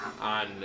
on